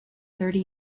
thirty